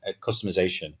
customization